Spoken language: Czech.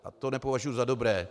A to nepovažuji za dobré.